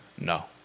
No